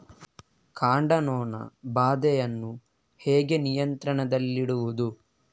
ಕಾಂಡ ನೊಣ ಬಾಧೆಯನ್ನು ಹೇಗೆ ನಿಯಂತ್ರಣದಲ್ಲಿಡುವುದು?